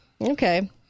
Okay